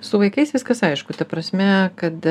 su vaikais viskas aišku ta prasme kad